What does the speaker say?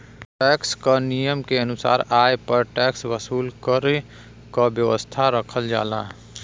tax क नियम के अनुसार आय पर टैक्स वसूल करे क व्यवस्था रखल जाला